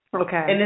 Okay